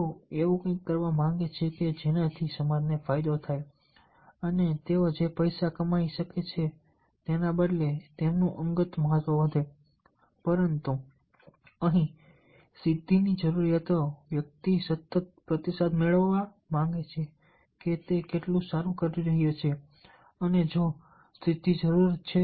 તેઓ એવું કંઈક કરવા માંગે છે જેનાથી સમાજને ફાયદો થાય અને તેઓ જે પૈસા કમાઈ શકે તેના બદલે તેમનું અંગત મહત્વ વધે પરંતુ અહીં સિદ્ધિની જરૂરિયાત વ્યક્તિ સતત પ્રતિસાદ મેળવવા માંગે છે કે તે કેટલું સારું કરી રહ્યો છે અને જો સિદ્ધિની જરૂર છે